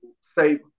save